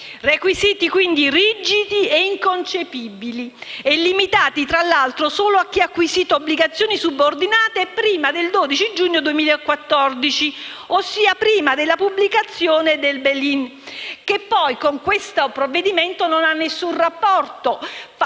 requisiti rigidi, inconcepibili e limitati tra l'altro solo a chi ha acquisito obbligazioni subordinate prima del 12 giugno 2014, ossia prima della pubblicazione del *bail in,* che poi con questo provvedimento non ha alcun rapporto, anche